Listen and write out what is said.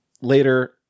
later